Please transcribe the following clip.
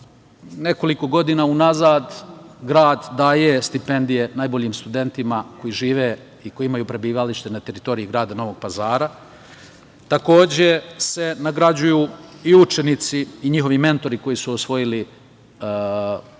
nekoliko godina unazad grad daje stipendije najboljim studentima koji žive i koji imaju prebivalište na teritoriji grada Novog Pazara. Takođe se nagrađuju i učenici i njihovi mentori koji su osvojili prestižna